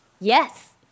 yes